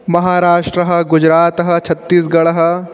महाराष्ट्रः गुजरातः छत्तीस्गडः